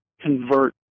convert